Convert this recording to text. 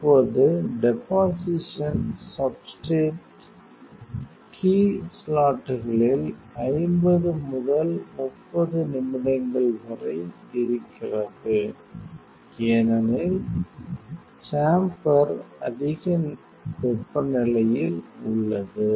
இப்போது deposition substrate key ஸ்லாட்டுகளில் 50 முதல் 30 நிமிடங்கள் இருக்கிறது ஏனெனில் சேம்பர் அதிக வெப்பநிலையில் உள்ளது